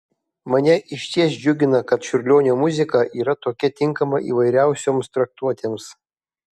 mane išties džiugina kad čiurlionio muzika yra tokia tinkama įvairiausioms traktuotėms